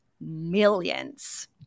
millions